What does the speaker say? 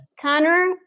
Connor